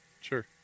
Sure